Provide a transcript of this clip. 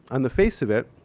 on the face of it,